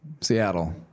Seattle